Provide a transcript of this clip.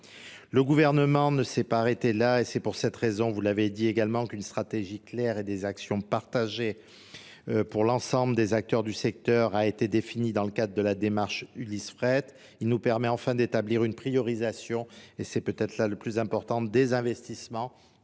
Le gouvernement ne s'est pas arrêté là et c'est pour cette raison, vous l'avez dit également, qu'une stratégie claire et des actions partagées Pour l'ensemble des acteurs du secteur a été défini dans le cadre de la démarche Ulysse-Fret. Il nous permet enfin d'établir une priorisation, et c'est peut-être là le plus important, des investissements